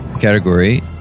category